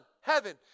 heaven